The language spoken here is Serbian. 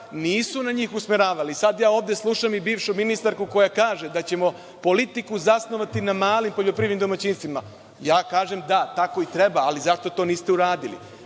nisu na njih usmeravale. Sada ovde slušam i bivšu ministarku koja kaže da ćemo politiku zasnovati na malim poljoprivrednim domaćinstvima. Ja kažem – da, tako i treba, ali zašto to niste uradili?